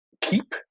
keep